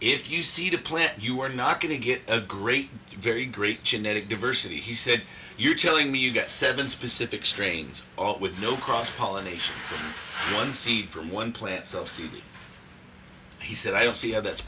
if you see the plant you're not going to get a great very great genetic diversity he said you're telling me you get seven specific strains all with no cross pollination one seed from one plant subsidy he said i don't see how that's